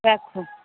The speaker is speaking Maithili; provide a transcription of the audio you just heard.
रखू